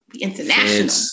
international